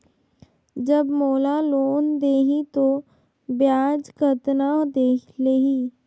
जब मोला लोन देही तो ब्याज कतना लेही?